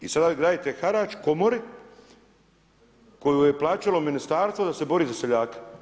Sada vi dajete harač komori koju je plaćalo ministarstvo da se bori za seljake.